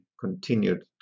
continued